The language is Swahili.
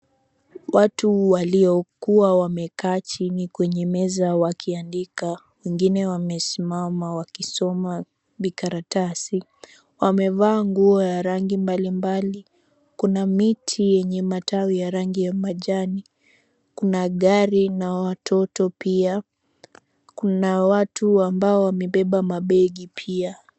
Watu waliokuwa wamekaa chini kwenye meza wakiandika, wengine wamesimama wakisoma vikaratasi, wamevaa nguo ya rangi mbalimbali. Kuna miti yenye matawi ya rangi ya majani, kuna gari na watoto pia. Kuna watu ambao wamebeba mabegi pia.